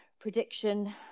prediction